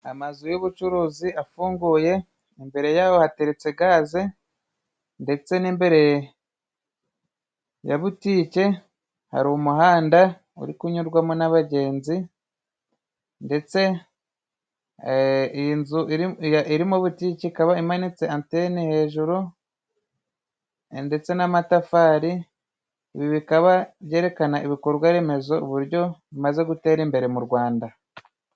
Amazu y'ubucuruzi afunguye. Imbere yayo hateretse gaze ndetse n'imbere ya butike hari umuhanda uri kunyurwamo n'abagenzi, ndetse iyi nzu irimo butiki ikaba imanitse antene hejuru. ndetse ni amatafari ibi bikaba byerekana ibikorwa remezo uburyo bimaze gutera. imbere mu rwanda.